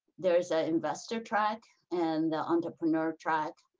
there is an investor track and entrepreneur track.